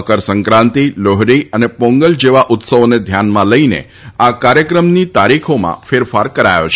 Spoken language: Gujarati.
મકરસંક્રાંતિ લોહરી અને પોંગલ જેવા ઉત્સવોને ધ્યાનમાં લઈને કાર્યક્રમની તારીખમાં ફેરફાર કરાયો છે